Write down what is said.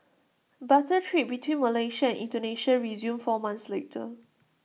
barter trade between Malaysia Indonesia resumed four months later